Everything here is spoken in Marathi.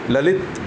ललित